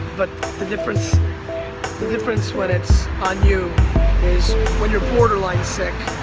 but the differnce the differnce when it's on you is when you're borderline sick,